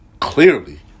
clearly